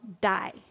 die